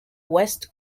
west